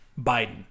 Biden